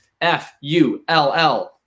F-U-L-L